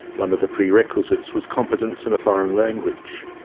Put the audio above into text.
one of the prerequisites was competence in a foreign language.